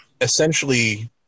essentially